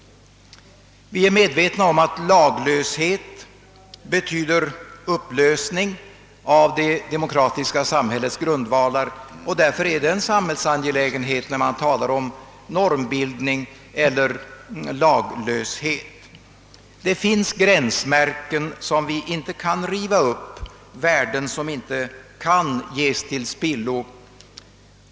Vi är medvetna om att laglöshet betyder upplösning av det demokratiska samhällets grundvalar, och därför är det en samhällsangelägenhet, när man talar om normbildning eller laglöshet. Det finns gränsmärken, som vi inte kan riva upp, som inte kan ges till spillo.